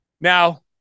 Now